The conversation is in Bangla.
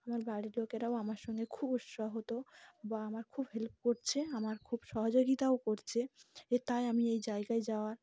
আমার বাড়ির লোকেরাও আমার সঙ্গে খুব উৎসাহিত বা আমার খুব হেল্প করছে আমার খুব সহযোগিতাও করছে এ তাই আমি এই জায়গায় যাওয়ার